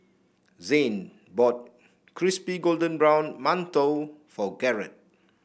Zane bought Crispy Golden Brown Mantou for Garett